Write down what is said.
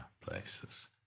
places